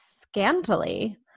scantily